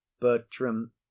bertram